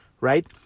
Right